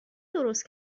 درست